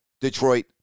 Detroit